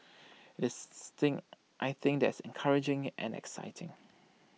is thing I think that's encouraging and exciting